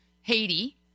Haiti